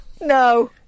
No